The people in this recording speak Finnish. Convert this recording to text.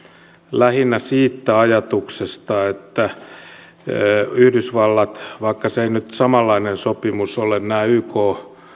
lähinnä siitä ajatuksesta että vaikka se ei nyt samanlainen sopimus ole näihin yk